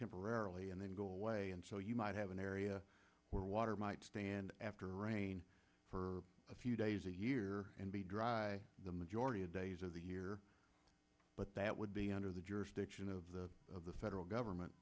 temporarily and then go away and so you might have an area where water might stand after rain for a few days a year and be dry the majority of days of the year but that would be under the jurisdiction of the of the federal government